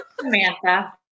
Samantha